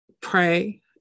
Pray